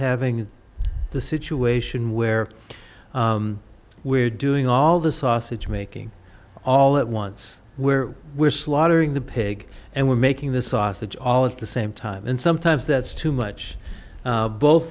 having the situation where we're doing all the sausage making all at once where we're slaughtering the pig and we're making the sausage all at the same time and sometimes that's too much both